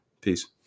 Peace